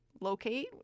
locate